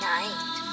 Night